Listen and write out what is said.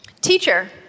Teacher